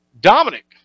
Dominic